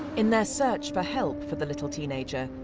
in their search for help for the little teenager,